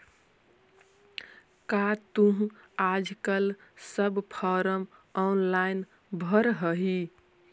का तुहूँ आजकल सब फॉर्म ऑनेलाइन भरऽ हही?